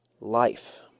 life